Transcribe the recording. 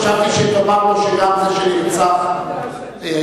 חשבתי שתאמר לו שגם זה שנרצח על-ידם,